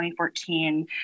2014